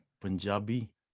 Punjabi